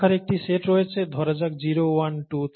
সংখ্যার একটি সেট রয়েছে ধরা যাক 0 1 2 3 এবং আরও কিছু